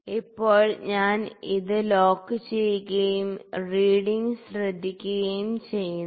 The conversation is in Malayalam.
ഇപ്പോൾ ഞാൻ ഇത് ലോക്ക് ചെയ്യുകയും റീഡിങ് ശ്രദ്ധിക്കുകയും ചെയ്യുന്നു